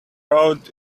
road